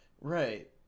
Right